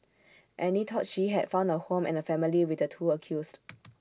Annie thought she had found A home and A family with the two accused